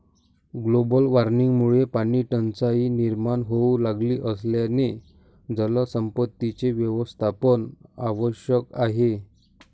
global वॉर्मिंगमुळे पाणीटंचाई निर्माण होऊ लागली असल्याने जलसंपत्तीचे व्यवस्थापन आवश्यक आहे